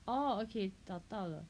oh okay 找到了